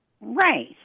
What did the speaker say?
Right